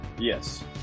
Yes